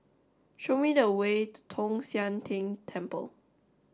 show me the way to Tong Sian Tng Temple